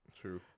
True